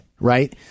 right